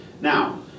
Now